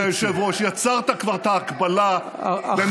אדוני היושב-ראש, יצרת כבר את ההקבלה, אכן.